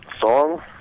song